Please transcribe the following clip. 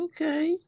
Okay